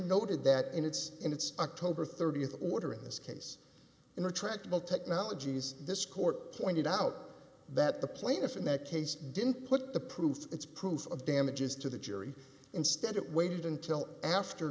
noted that in its in its october th order in this case in retractable technologies this court pointed out that the plaintiff in that case didn't put the proof it's proof of damages to the jury instead it waited until after